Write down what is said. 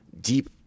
deep